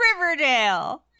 Riverdale